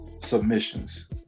submissions